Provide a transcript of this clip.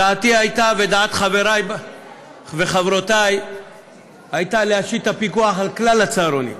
דעתי ודעת חברי וחברותי הייתה להשית את הפיקוח על כלל הצהרונים,